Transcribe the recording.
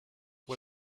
why